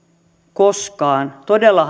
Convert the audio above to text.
koskaan se on todella